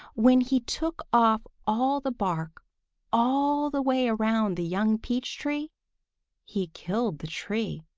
when he took off all the bark all the way around the young peach tree he killed the tree,